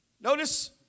Notice